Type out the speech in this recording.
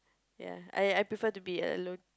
ya I I prefer to be alone